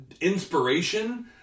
inspiration